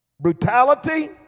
brutality